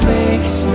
makes